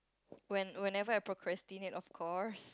when whenever I procrastinate of course